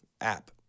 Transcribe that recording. app